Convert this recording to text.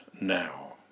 now